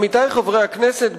עמיתי חברי הכנסת,